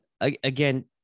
Again